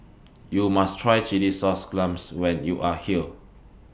YOU must Try Chilli Sauce Clams when YOU Are here